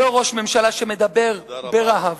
לא ראש ממשלה שמדבר ברהב.